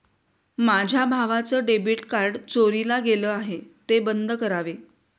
माझ्या भावाचं debit card चोरीला गेलं आहे, ते बंद करावे